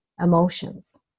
emotions